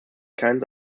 kinds